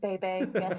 baby